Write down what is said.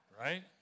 Right